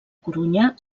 corunya